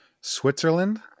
Switzerland